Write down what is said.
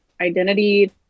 identity